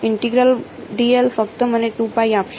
integral ફક્ત મને આપશે